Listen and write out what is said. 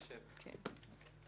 (משמעת).